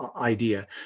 idea